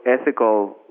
ethical